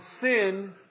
sin